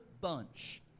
bunch